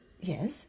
Yes